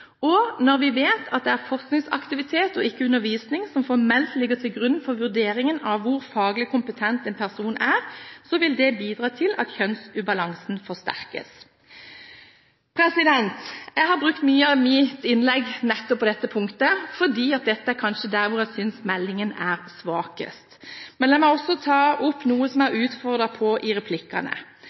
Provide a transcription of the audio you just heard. Og når vi vet at det er forskningsaktivitet, og ikke undervisning, som formelt ligger til grunn for vurderingen av hvor faglig kompetent en person er, vil det bidra til at kjønnsubalansen forsterkes. Jeg har brukt mye av mitt innlegg nettopp på dette punktet, fordi det er der jeg kanskje synes meldingen er svakest. Men la meg også ta opp noe som jeg utfordret på i replikkene: